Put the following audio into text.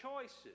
choices